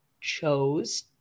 chose